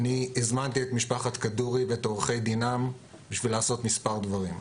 אני הזמנתי את משפחת כדורי ואת עורכי דינם בשביל לעשות מספר דברים,